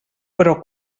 però